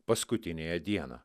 paskutiniąją dieną